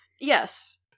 Yes